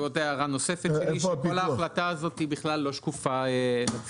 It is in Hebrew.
זו עוד הערה נוספת שלי שכל ההחלטה הזאת היא בכלל לא שקופה לציבור.